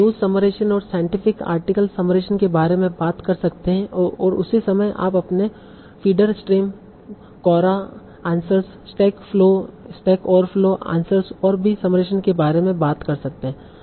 तो आप news summarization और साइंटिफिक आर्टिकल समराइजेशन के बारे में बात कर सकते हैं उसी समय आप अपने feeder stream Quora answers stack flow stack overflow answers और पर भी समराइजेशन के बारे में बात कर सकते हैं